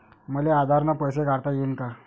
मले आधार न पैसे काढता येईन का?